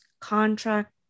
contract